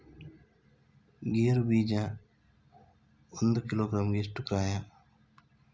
ಗೇರು ಬೀಜ ಒಂದು ಕಿಲೋಗ್ರಾಂ ಗೆ ಎಷ್ಟು ಕ್ರಯ?